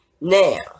now